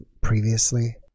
previously